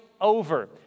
over